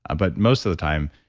ah but most of the time,